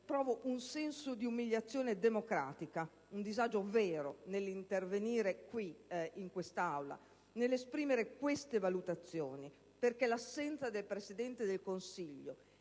provo un senso di umiliazione democratica, un disagio vero nell'intervenire in questa Aula per esprimere queste valutazioni, perché l'assenza del Presidente del Consiglio